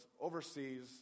overseas